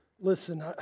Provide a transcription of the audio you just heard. listen